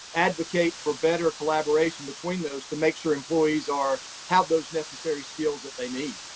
advocate for better collaboration between those to make sure employees are have those necessary skills that they need.